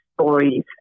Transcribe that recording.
stories